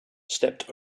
stepped